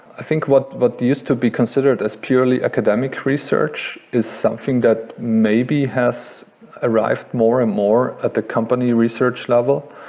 i think what but used to be considered as purely academic research is something that maybe has arrived more and more at the company research level.